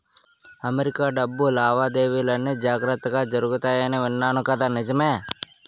America డబ్బు లావాదేవీలన్నీ జాగ్రత్తగా జరుగుతాయని విన్నాను కదా నిజమే